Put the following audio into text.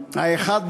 האחד,